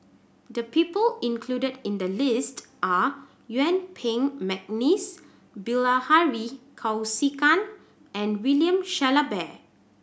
the people included in the list are Yuen Peng McNeice Bilahari Kausikan and William Shellabear